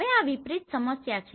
હવે આ વિપરીત સમસ્યા છે